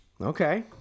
Okay